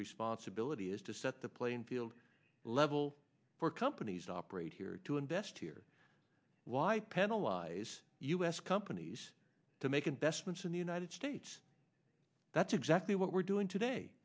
responsibility is to set the playing field level for companies to operate here to invest here why penalize companies to make investments in the united states that's exactly what we're doing today